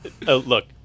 look